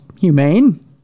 humane